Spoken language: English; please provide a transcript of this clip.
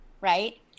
right